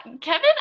Kevin